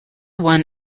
won